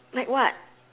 like what